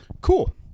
cool